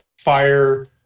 fire